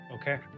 okay